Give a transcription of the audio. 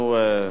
אנחנו,